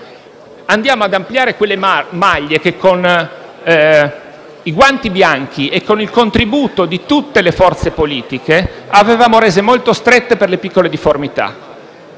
inoltre ad ampliare quelle maglie che, con i guanti bianchi e con il contributo di tutte le forze politiche, avevamo reso molto strette per piccole difformità,